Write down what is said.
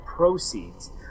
Proceeds